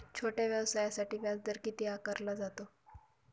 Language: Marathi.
छोट्या व्यवसायासाठी व्याजदर किती आकारला जातो?